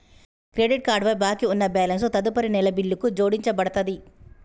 credit card పై బాకీ ఉన్న బ్యాలెన్స్ తదుపరి నెల బిల్లుకు జోడించబడతది